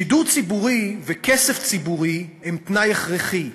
שידור ציבורי וכסף ציבורי הם תנאי הכרחי.